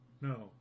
No